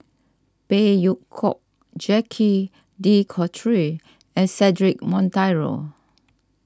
Phey Yew Kok Jacques De Coutre and Cedric Monteiro